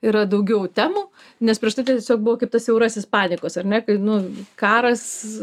yra daugiau temų nes prieš tai tai tiesiog buvo kaip tas siaurasis panikos ar ne kai nu karas